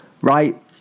right